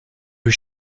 was